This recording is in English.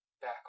back